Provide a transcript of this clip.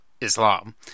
islam